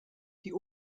die